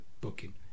booking